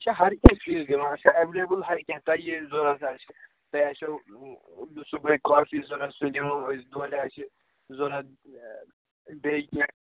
أسی چھِ ہر کیٚنٛہہ چیٖز دِوان اَسہِ چھُ ایٚولِیبُل ہر کیٚنٛہہ تۅہہِ یہِ ضروٗرَت آسہِ تۅہہِ آسِو صُبحٲے کافی ضروٗرت سُہ دِمو أسۍ دۅہلِۍ آسہِ ضروٗرت بیٚیہِ کیٚنٛہہ